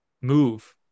move